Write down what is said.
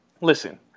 Listen